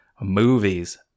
movies